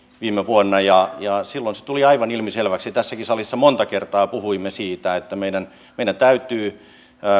viime vuonna silloin se tuli aivan ilmiselväksi tässäkin salissa monta kertaa puhuimme siitä että meidän täytyy